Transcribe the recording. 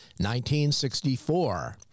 1964